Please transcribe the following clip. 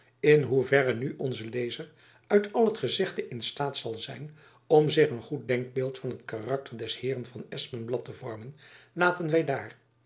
hoe verre nu onze lezer uit al het gezegde in staat zal zijn om zich een goed denkbeeld van het karakter des heeren van espenblad te vormen laten wy daar